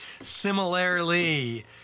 similarly